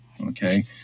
okay